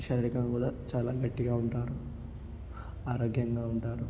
శారీరకంగా కూడా చాలా గట్టిగా ఉంటారు ఆరోగ్యంగా ఉంటారు